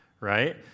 right